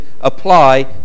apply